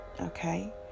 okay